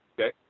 Okay